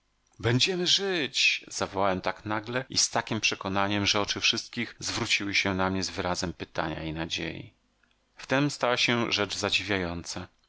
będziemy żyć zawołałem tak nagłe i z takiem przekonaniem że oczy wszystkich zwróciły się na mnie z wyrazem pytania i nadziei wtem stała się rzecz zadziwiająca